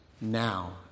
now